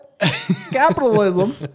capitalism